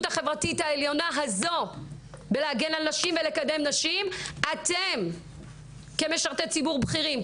החברתית העליונה הזו בלהגן על נשים ולקדם נשים אתם כמשרתי ציבור בכירים,